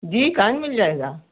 जी काहे नहीं मिल जाएगा